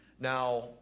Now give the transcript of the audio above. Now